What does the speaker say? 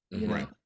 Right